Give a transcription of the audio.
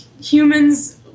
Humans